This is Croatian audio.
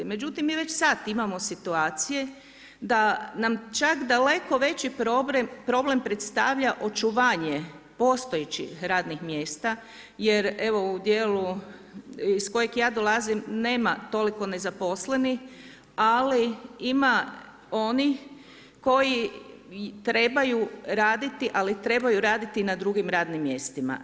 Međutim, mi već sada imamo situacije da nam čak daleko veći problem predstavlja očuvanje postojećih radnim mjesta jer evo u dijelu iz kojeg ja dolazim nema toliko nezaposlenih ali ima oni koji trebaju raditi ali trebaju raditi na drugim radnim mjestima.